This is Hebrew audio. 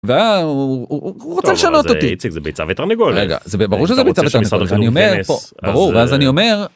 ‫והוא רוצה לשנות אותי. ‫-טוב, אז, איציק, זה ביצה ותרנגולת. ‫רגע, זה ברור שזה ביצה ותרנגולת, ‫אני אומר פה, -זה תרבות של משרד החינוך -ברור, ואז אני אומר...